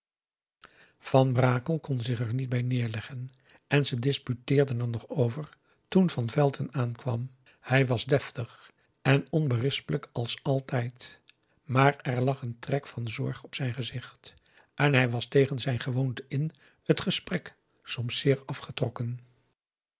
niet bij neerleggen en ze disputeerden er nog over toen van velton aankwam hij was deftig en onberispelijk als altijd maar er lag een trek van zorg op zijn gezicht en hij was tegen zijn gewoonte in het gesprek soms zeer afgetrokken